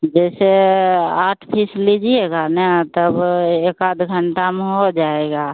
जैसे आठ पीस लीजिएगा ना तब एकाध घंटा में हो जाएगा